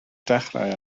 dechrau